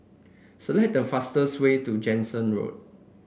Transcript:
select the fastest way to Jansen Road